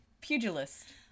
Pugilist